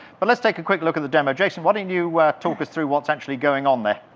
but let's take a quick look at the demo. jason, why don't you talk us through what's actually going on there?